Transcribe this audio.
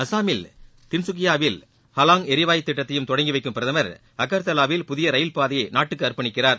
அசாமில் தின்கக்கியாவில் ஹாலங் எரிவாயு திட்டைத்தையும் தொடங்கி வைக்கும் பிரதமர் அகர்தலாவில் புதிய ரயில் பாதையை நாட்டுக்கு அர்ப்பணிக்கிறார்